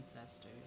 ancestors